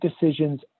decisions